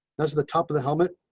does the top of the helmet.